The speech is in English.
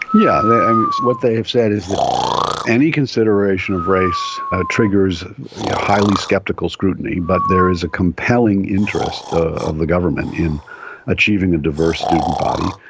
yeah and what they have said is that any consideration of race triggers highly sceptical scrutiny, but there is a compelling interest of the government in achieving a diverse student body.